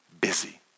busy